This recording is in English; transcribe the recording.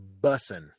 bussin